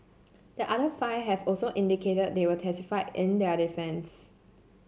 the other five have also indicated they will testify in their defence